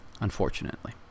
Unfortunately